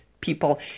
people